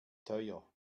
teuer